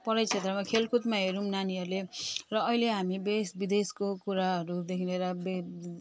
पढाइ क्षेत्रमा खेलकुदमा हेरौँ नानीहरूले अहिले हामी देश विदेशको कुराहरूदेखि लिएर वे